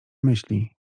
myśli